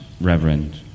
reverend